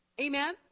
Amen